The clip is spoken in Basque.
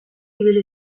ibili